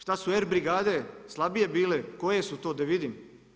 Šta su R brigade slabije bile, koje su to da vidim?